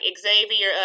Xavier